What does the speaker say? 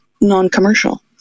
non-commercial